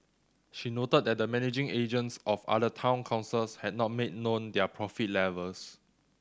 she noted that the managing agents of other town councils had not made known their profit levels